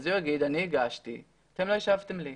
הוא יגיד שהוא הגיש אבל אתם לא השבתם לו.